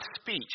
speech